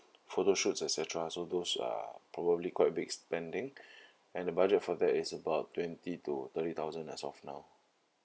photoshoots et cetera so those are probably quite a big spending and the budget for that is about twenty to thirty thousand as of now